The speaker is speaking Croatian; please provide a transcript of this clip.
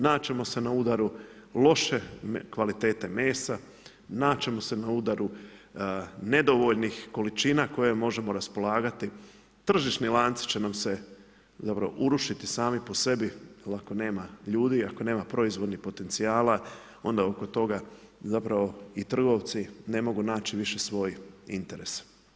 Naći ćemo se na udaru loše kvalitete mesa, naći ćemo se na udaru nedovoljnih količina koje možemo raspolagati, tržišni lanci će nam se zapravo urušiti sami po sebi jer ako nema ljudi, ako nema proizvodnih potencijala, onda oko toga zapravo i trgovci ne mogu naći više svoj interes.